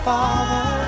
Father